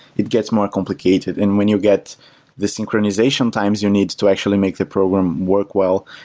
it gets more complicated. and when you get the synchronization times you need to actually make the program work well,